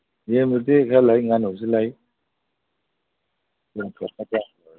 ꯌꯦꯟꯕꯨꯗꯤ ꯈꯔ ꯂꯩ ꯉꯥꯅꯨꯁꯨ ꯂꯩ